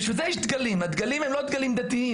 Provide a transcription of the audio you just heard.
בשביל זה יש דגלים, הדגלים הם לא דגלים דתיים.